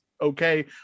okay